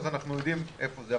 אז אנחנו יודעים איפה זה,